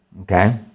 okay